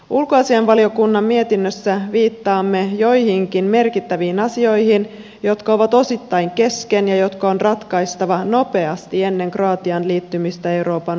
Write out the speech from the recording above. ulkoasiainvaliokunnan mietinnössä viittaamme joihinkin merkittäviin asioihin jotka ovat osittain kesken ja jotka on ratkaistava nopeasti ennen kroatian liittymistä euroopan unioniin